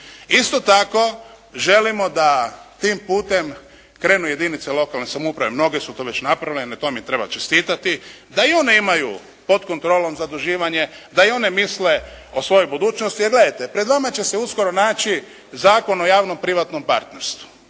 Isto tako želimo da tim putem krenu jedinice lokalne samouprave. Mnoge su to već napravile. Na tom im treba čestitati. Da i one imaju pod kontrolom zaduživanje. Da i one misle o svojoj budućnosti jer gledajte pred vama će se uskoro naći Zakon o javno privatnom partnerstvu.